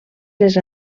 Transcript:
les